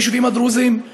ביישובים הדרוזיים,